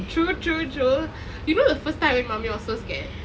true true true you know the first time I went mummy I was so scared